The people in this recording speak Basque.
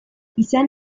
izan